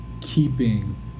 keeping